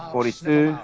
Forty-two